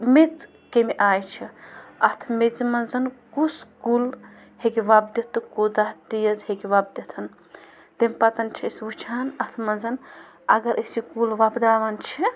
میٚژ کیٚمہِ آیہِ چھِ اَتھ میٚژِ منٛز کُس کُل ہیٚکہِ وۄپدِتھ تہٕ کوٗتاہ تیز ہیٚکہِ وۄپدِتھ تمۍ پَتَن چھِ أسۍ وٕچھان اَتھ منٛزَن اَگر أسۍ یہِ کُل وۄپداوان چھِ